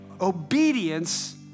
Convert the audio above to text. Obedience